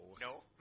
No